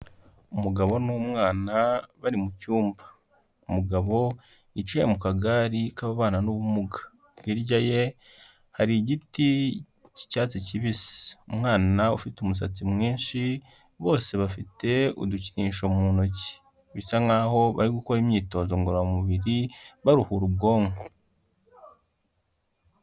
Umugabo n'umwana bari mu cyumba, umugabo yicaye mu kagare k'ababana n'ubumuga, hirya ye hari igiti cy'icyatsi kibisi, umwana ufite umusatsi mwinshi, bose bafite udukinisho mu ntoki, bisa nkaho bari gukora imyitozo ngororamubiri baruhura ubwonko.